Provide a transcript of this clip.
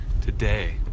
today